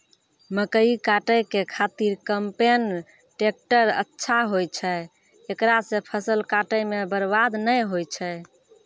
मकई काटै के खातिर कम्पेन टेकटर अच्छा होय छै ऐकरा से फसल काटै मे बरवाद नैय होय छै?